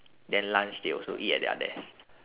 then lunch they also eat at their desk